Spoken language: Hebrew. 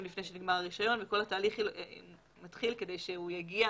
לפני שנגמר הרישיון וכל התהליך מתחיל כדי שהוא יגיע